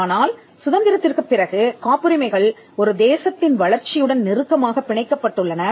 ஆனால் சுதந்திரத்திற்குப் பிறகு காப்புரிமைகள் ஒரு தேசத்தின் வளர்ச்சியுடன் நெருக்கமாக பிணைக்கப்பட்டுள்ளன